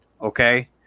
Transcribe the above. Okay